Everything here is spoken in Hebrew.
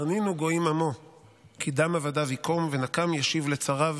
הרנינו גוים עמו כי דם עבדיו יקום ונקם ישיב לצריו